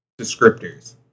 descriptors